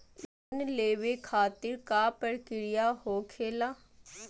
Loan लेवे खातिर का का प्रक्रिया होखेला?